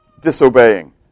disobeying